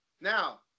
now